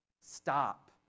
Stop